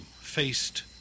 faced